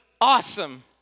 awesome